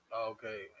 Okay